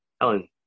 Ellen